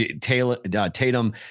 Tatum